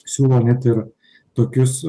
siūlo net ir tokius